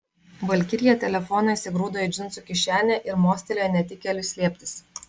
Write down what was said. valkirija telefoną įsigrūdo į džinsų kišenę ir mostelėjo netikėliui slėptis